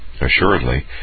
Assuredly